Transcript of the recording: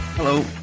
Hello